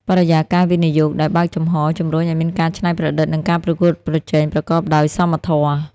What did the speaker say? បរិយាកាសវិនិយោគដែលបើកចំហ ជំរុញឱ្យមានការច្នៃប្រឌិត និងការប្រកួតប្រជែងប្រកបដោយសមធម៌។